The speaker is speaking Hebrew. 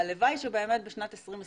הלוואי שבאמת בשנת 2025